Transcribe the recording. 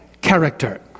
character